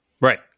right